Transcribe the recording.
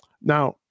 Now